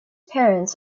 parents